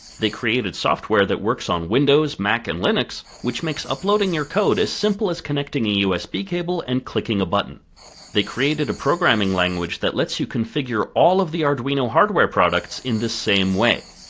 they created software that works on windows, mac, and linux, which makes uploading your code as simple as connecting a usb cable and clicking a button they created a programming language that lets you configure all of the arduino hardware products in the same way.